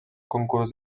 concurs